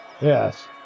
Yes